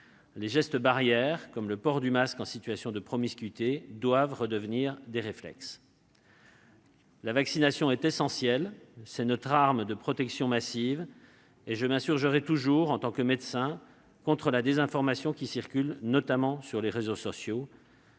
Les gestes barrières, comme le port du masque en situation de promiscuité, doivent redevenir des réflexes. La vaccination est essentielle. C'est notre arme de protection massive. Je m'insurgerai toujours, en tant que médecin, contre la désinformation qui circule, notamment sur les réseaux sociaux.